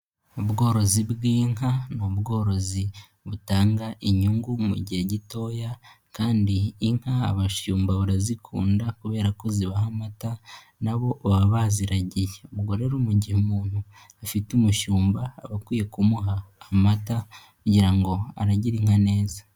Ubworozi bw'inka ni ubworozi butanga inyungu mu gihe gitoya kandi inka abashumba barazikunda kubera ko zibaha amata nabo baba baziragiye. Ubwo rero mu gihe umuntu afite umushumba aba akwiye kumuha amata kugira ngo aragire inka neza.